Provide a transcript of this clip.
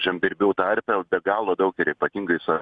žemdirbių tarpe be galo daug ir ypatingai su